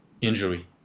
injury